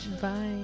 Bye